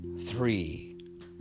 three